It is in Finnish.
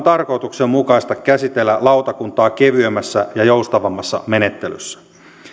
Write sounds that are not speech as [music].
[unintelligible] tarkoituksenmukaista käsitellä lautakuntaa kevyemmässä ja joustavammassa menettelyssä